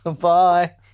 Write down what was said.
Bye